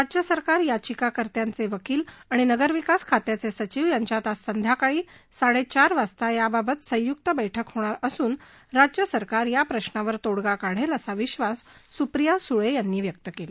राज्य सरकार याचिकाकर्त्यांचे वकील आणि नगरविकास खात्याचे सचिव यांच्यात आज संध्याकाळी साडेचार वाजता या बाबत संयुक्त बक्कि होणार असून राज्य सरकार या प्रश्नावर तोडगा काढेल असा विश्वास सुप्रिया सुळे यांनी व्यक्त केला